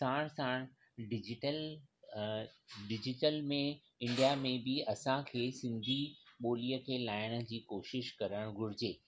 साणु साणु digital digital में इंडिया में बि असांखे सिंधी ॿोलीअ खे लाहिण जी कोशिशि करणु घुरिजे